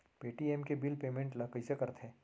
Paytm के bill payment ल कइसे करथे?